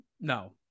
no